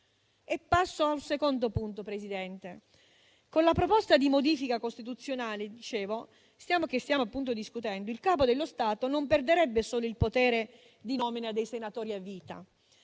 Passo al secondo punto, Presidente. Con la proposta di modifica costituzionale che stiamo appunto discutendo, il Capo dello Stato non perderebbe solo il potere di nomina dei senatori a vita